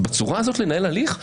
בצורה הזאת לנהל הליך?